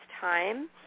time